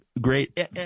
Great